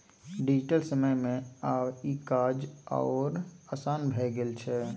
digital समय मे आब ई काज आओर आसान भए गेल छै